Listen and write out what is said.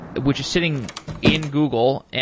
which is sitting in google.